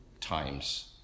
times